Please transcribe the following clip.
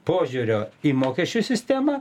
požiūrio į mokesčių sistemą